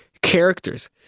characters